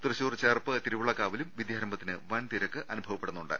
തൃശൂർ ചേർപ്പ് തിരുവള്ളക്കാവിലും വിദ്യാരംഭത്തിന് വൻ തിരക്ക് അനുഭവപ്പെടുന്നുണ്ട്